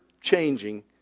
changing